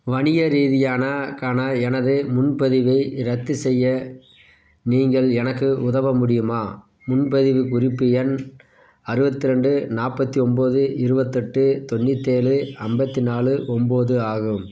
வணிக ரீதியான க்கான எனது முன்பதிவை ரத்து செய்ய நீங்கள் எனக்கு உதவ முடியுமா முன்பதிவு குறிப்பு எண் அறுபத்தி ரெண்டு நாற்பத்தி ஒம்போது இருபத்தெட்டு தொண்ணூத்தேழு ஐம்பத்தி நாலு ஒம்போது ஆகும்